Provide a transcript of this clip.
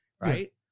Right